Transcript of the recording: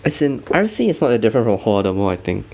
as in i wouldnt say it's different from hall the more I think